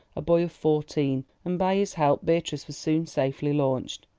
a boy of fourteen, and by his help beatrice was soon safely launched.